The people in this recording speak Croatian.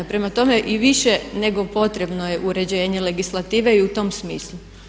Prema tome, i više nego potrebno je uređenje legislative i u tom smislu.